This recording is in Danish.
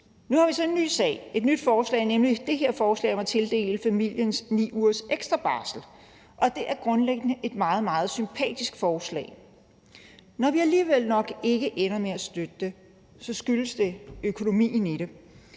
Nu har vi så en ny sag, et nyt forslag, nemlig det her forslag om at tildele familierne 9 ugers ekstra barsel, og det er grundlæggende et meget, meget sympatisk forslag. Når vi alligevel nok ikke ender med at støtte det, skyldes det økonomien i det.